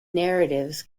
narratives